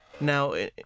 Now